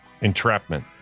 Entrapment